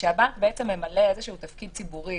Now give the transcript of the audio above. כשהבנק בעצם ממלא איזשהו תפקיד ציבורי.